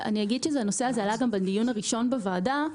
הנושא הזה עלה גם בדיון הראשון בוועדה.